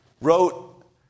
wrote